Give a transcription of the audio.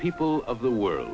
people of the world